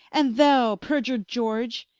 and thou periur'd george,